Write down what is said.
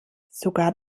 sogar